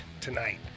tonight